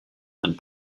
and